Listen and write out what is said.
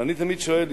אני תמיד שואל,